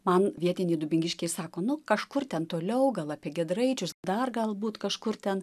man vietiniai dubingiškiai sako nu kažkur ten toliau gal apie giedraičius dar galbūt kažkur ten